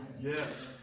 Yes